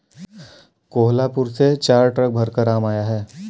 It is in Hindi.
कोहलापुर से चार ट्रक भरकर आम आया है